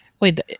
Wait